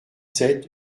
sept